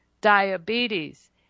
diabetes